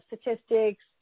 statistics